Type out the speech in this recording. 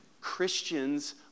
Christians